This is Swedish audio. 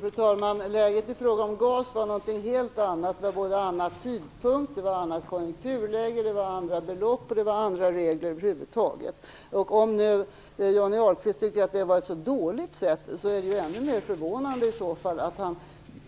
Fru talman! Läget i fråga om GAS var ett helt annat. Det var en annan tidpunkt, ett annat konjunkturläge, andra belopp och över huvud taget andra regler. Om Johnny Ahlqvist nu tycker att det var ett så dåligt sätt är det ännu mer förvånande att han